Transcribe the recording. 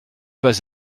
pas